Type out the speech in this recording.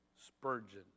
Spurgeon